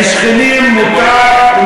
לשכנים מותר,